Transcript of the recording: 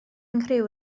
nghriw